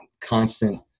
constant